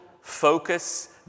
focus